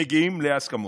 מגיעים להסכמות.